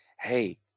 Hey